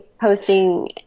posting